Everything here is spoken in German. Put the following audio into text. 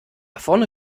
vorne